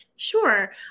Sure